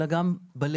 אלא גם בלב.